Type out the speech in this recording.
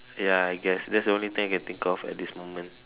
ya I guess that's the only thing I can think of at this moment